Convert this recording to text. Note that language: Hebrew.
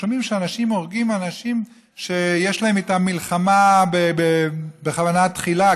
אנחנו שומעים שאנשים הורגים אנשים שיש להם איתם מלחמה בכוונה תחילה.